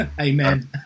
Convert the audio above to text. Amen